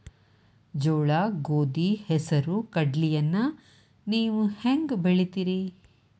ಜೋಳ, ಗೋಧಿ, ಹೆಸರು, ಕಡ್ಲಿಯನ್ನ ನೇವು ಹೆಂಗ್ ಬೆಳಿತಿರಿ?